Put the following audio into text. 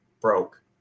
broke